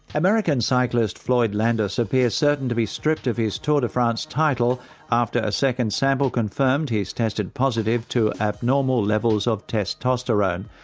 american cyclist, floyd landis appears certain to be stripped of his tour de france title after a second sample confirmed he's tested positive to abnormal levels of testosterone.